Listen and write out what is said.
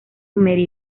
mary